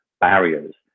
barriers